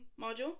module